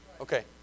Okay